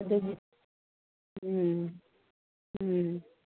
ꯑꯗꯨꯕꯨ ꯎꯝ ꯎꯝ